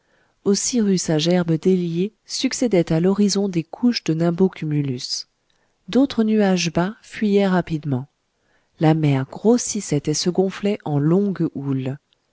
aux cyrrhus à gerbes déliées succédaient à l'horizon des couches de nimbocumulus d'autres nuages bas fuyaient rapidement la mer grossissait et se gonflait en longues houles